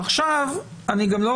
עכשיו אני גם לא